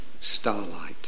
starlight